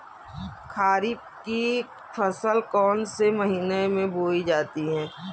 खरीफ की फसल कौन से महीने में बोई जाती है?